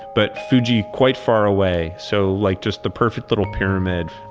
but fuji quite far away. so like just the perfect little pyramid.